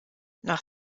nach